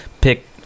pick